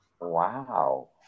wow